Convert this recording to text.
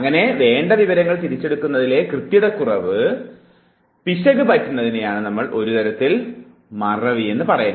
അങ്ങനെ വേണ്ട വിവരങ്ങൾ തിരിച്ചെടുക്കുന്നതിലെ കൃത്യതക്കുറവിൽ പിശക് പറ്റുന്നതിനെയാണ് ഒരു തരത്തിൽ മറവി എന്ന് പറയുന്നത്